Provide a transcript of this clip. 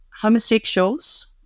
homosexuals